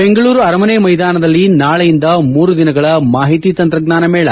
ಬೆಂಗಳೂರು ಅರಮನೆ ಮೈದಾನದಲ್ಲಿ ನಾಳೆಯಿಂದ ಮೂರು ದಿನಗಳ ಮಾಹಿತಿ ತಂತ್ರಜ್ವಾನ ಮೇಳ